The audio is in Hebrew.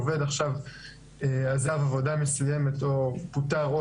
עובד עכשיו עזב עבודה מסוימת או פוטר או